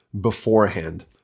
beforehand